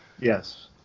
Yes